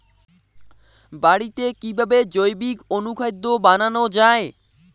বাড়িতে কিভাবে জৈবিক অনুখাদ্য বানানো যায়?